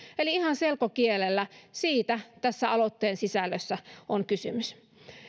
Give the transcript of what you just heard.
eli ihan selkokielellä siitä tässä aloitteen sisällössä on kysymys